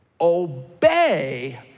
obey